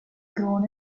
grown